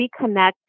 reconnect